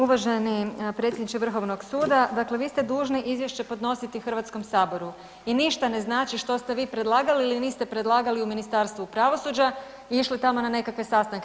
Uvaženi predsjedniče Vrhovnog suda, dakle vi ste dužni izvješće podnositi Hrvatskom saboru i ništa ne znači što ste vi predlagali ili niste predlagali u Ministarstvu pravosuđa i išli tamo na nekakve sastanke.